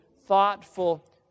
thoughtful